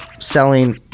selling